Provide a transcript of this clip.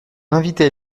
invitait